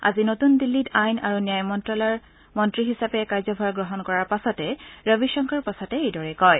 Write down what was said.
আজি নতুন দিল্লীত আইন আৰু ন্যায় মন্ত্ৰালয়ৰ মন্ত্ৰী হিচাপে কাৰ্যভাৰ গ্ৰহণ কৰাৰ পাছতে ৰবিশংকৰ প্ৰসাদে এইদৰে কয়